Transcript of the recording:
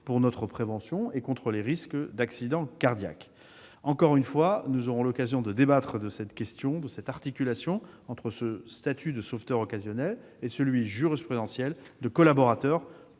pour notre prévention et contre les risques d'accident cardiaque. Encore une fois, nous aurons l'occasion de débattre de cette articulation entre le statut de sauveteur occasionnel et celui, jurisprudentiel, de collaborateur